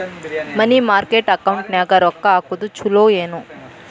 ಮನಿ market ಅಕೌಂಟಿನ್ಯಾಗ ರೊಕ್ಕ ಹಾಕುದು ಚುಲೊ ಏನು